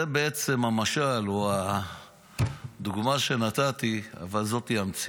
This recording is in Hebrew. זה בעצם המשל או הדוגמה שנתתי, אבל זאת המציאות.